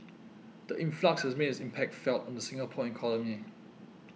the influx has made its impact felt on the Singapore economy